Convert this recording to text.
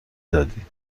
دادی